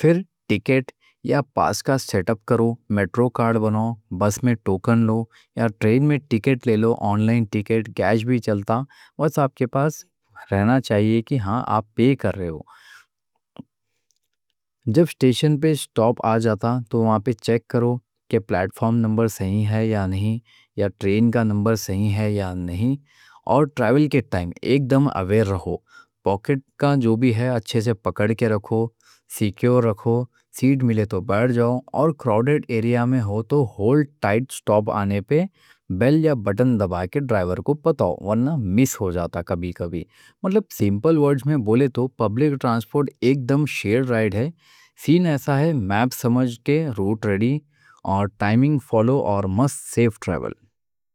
پھر ٹکٹ یا پاس کا سیٹ اَپ کرو، میٹرو کارڈ بناؤ، بس میں ٹوکن لو یا ٹرین میں ٹکٹ لے لو۔ آن لائن ٹکٹ، کیش بھی چلتا، بس آپ کے پاس رہنا چاہیے کہ ہاں آپ پی کر رہے ہو۔ جب اسٹیشن پہ سٹاپ آ جاتا تو وہاں پہ چیک کرو کہ پلیٹ فارم نمبر صحیح ہے یا نہیں، یا ٹرین کا نمبر صحیح ہے یا نہیں۔ اور ٹرائیول کے ٹائم ایک دم اویئر رہو، پاکٹ کا جو بھی ہے اچھے سے پکڑ کے رکھو، سیکیور رکھو۔ سیٹ ملے تو بیٹھ جاؤ، اور کراؤڈ ایریا میں ہو تو ہولڈ ٹائٹ۔ سٹاپ آنے پہ بیل یا بٹن دبا کے ڈرائیور کو بتاؤ، ورنہ مس ہو جاتا کبھی کبھی۔ مطلب سمپل ورڈز میں بولے تو پبلک ٹرانسپورٹ ایک دم شیئر رائیڈ ہے، سین ایسا ہے: میپ سمجھ کے روٹ ریڈی اور ٹائمنگ فالو، اور مست سیف ٹرائیول۔